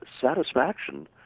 satisfaction